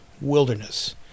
Wilderness